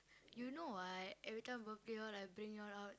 you know what every time birthday all I bring you all out